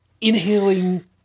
Inhaling